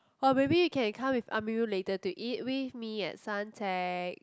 or maybe you can come with Amirul later to eat with me at Suntec